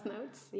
notes